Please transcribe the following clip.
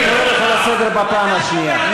אני קורא אותך לסדר בפעם השנייה.